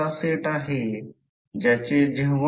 आणि flux line आणि ही गोष्ट समजून घेण्याचा प्रयत्न करा